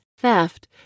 theft